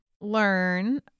learn